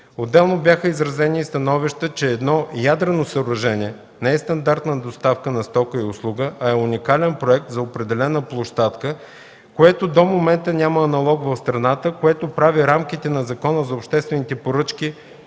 Отделно бяха изразени и становища, че едно ядрено съоръжение не е стандартна доставка на стоки и услуги, а е уникален проект за определена площадка, което до момента няма аналог в страната, което прави рамките на Закона за обществени поръчки